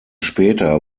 später